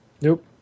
nope